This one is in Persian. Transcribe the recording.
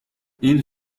این